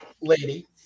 lady